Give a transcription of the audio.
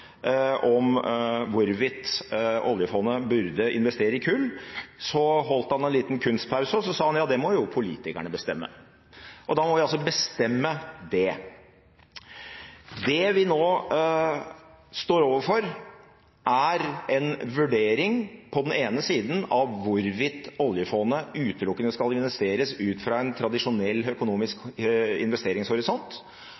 om hvorvidt oljefondet burde investere i kull, tok han en liten kunstpause, og så sa han: Det må jo politikerne bestemme. Da må vi altså bestemme det. Det vi nå står overfor, er en vurdering av på den ene siden hvorvidt oljefondet utelukkende skal investeres ut fra en tradisjonell økonomisk investeringshorisont